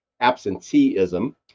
absenteeism